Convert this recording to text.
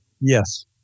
Yes